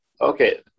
Okay